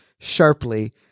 sharply